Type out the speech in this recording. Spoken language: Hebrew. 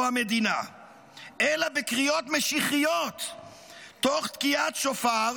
המדינה אלא בקריאות משיחיות תוך תקיעת שופר,